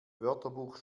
wörterbuch